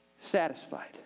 Satisfied